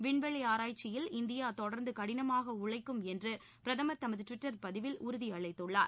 விண்வெளி ஆராய்ச்சியில் இந்தியா தொடர்ந்து கடினமாக உழைக்கும் என்று பிரதமர் தமது ட்விட்டர் பதிவில் உறுதி அளித்துள்ளார்